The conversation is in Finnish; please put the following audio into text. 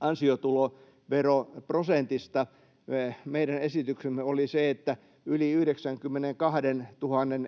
ansiotuloveroprosentista. Meidän esityksemme oli se, että yli 92 000